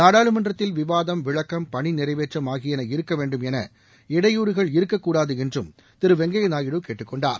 நாடாளுமன்றத்தில் விவாதம் விளக்கம் பணிநிறைவேற்றம் ஆகியன இருக்க வேண்டும் என இடையூறுகள் இருக்க கூடாது என்றும் திரு வெங்கய்யா நாயுடு கேட்டுக்கொண்டார்